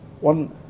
One